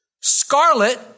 scarlet